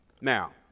Now